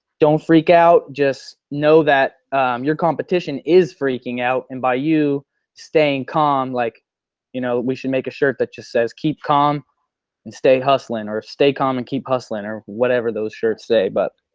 don't freak out, just know that your competition is freaking out and by you staying calm. like you know we should make a shirt that just says, keep calm and stay hustling or stay calm and keep hustling or whatever those shirts say. but